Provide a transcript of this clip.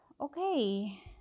Okay